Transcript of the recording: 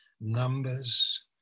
Numbers